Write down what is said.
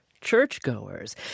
churchgoers